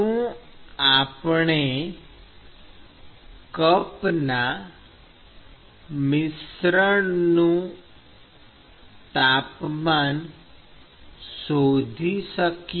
શું આપણે કપના મિશ્રણનું તાપમાન શોધી શકીએ